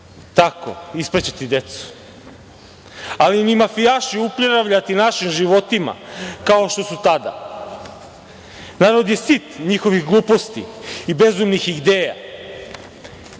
tako ispraćati decu, ali ni mafijaši upravljati našim životima kao što su tada. Narod je sit njihovih gluposti i bezumnih ideja